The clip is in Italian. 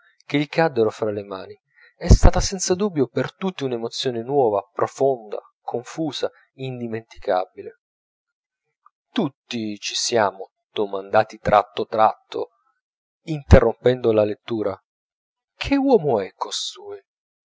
che gli caddero fra le mani è stata senza dubbio per tutti una emozione nuova profonda confusa indimenticabile tutti ci siamo domandati tratto tratto interrompendo la lettura che uomo è